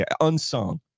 Unsung